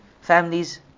families